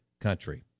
country